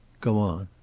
go on.